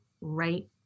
right